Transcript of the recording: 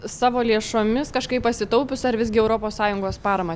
savo lėšomis kažkaip pasitaupius ar visgi europos sąjungos paramą